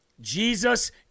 Jesus